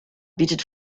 bietet